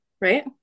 Right